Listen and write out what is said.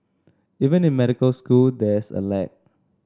even in medical school there's a lag